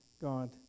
God